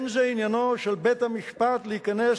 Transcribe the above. אין זה עניינו של בית-המשפט להיכנס